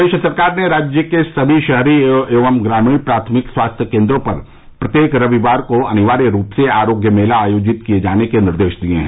प्रदेश सरकार ने राज्य के सभी शहरी एवं ग्रामीण प्राथमिक स्वास्थ्य केन्द्रों पर प्रत्येक रविवार को अनिवार्य रूप से आरोग्य मेला आयोजित किये जाने के निर्देश दिये हैं